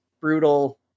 brutal